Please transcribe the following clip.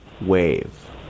wave